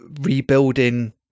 rebuilding